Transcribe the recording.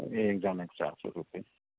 ए एकजनाको चार सौ रुपियाँ